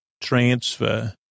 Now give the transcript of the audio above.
transfer